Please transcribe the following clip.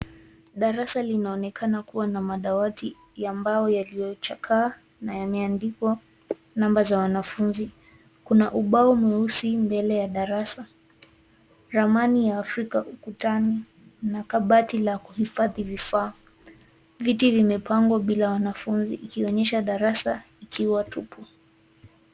Darasa linaonekana kuwa na madawati ya mbao yaliyochakaa na yameandikwa namba za wanafunzi. Kuna ubao mweusi mbele ya darasa, ramani ya Afrika ukutani na kabati la kuhifadhi vifaa. Viti vimepangwa bila wanafunzi ikionyesha darasa ikiwa tupu.